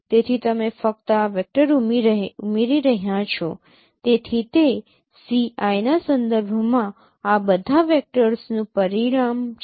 તેથી તમે ફક્ત આ વેક્ટર ઉમેરી રહ્યા છો તેથી તે Ci ના સંદર્ભમાં આ બધા વેક્ટર્સનું પરિણામ છે